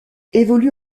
évolue